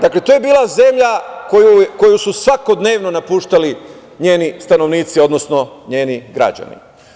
Dakle, to je bila zemlja koju su svakodnevno napuštali njeni stanovnici, odnosno njeni građani.